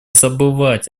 забывать